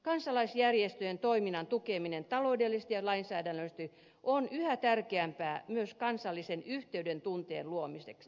kansalaisjärjestöjen toiminnan tukeminen taloudellisesti ja lainsäädännöllisesti on yhä tärkeämpää myös kansallisen yhteyden tunteen luomiselle